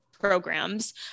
Programs